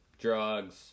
drugs